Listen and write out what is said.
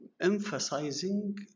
Emphasizing